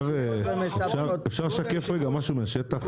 אפשר לשקף משהו מהשטח?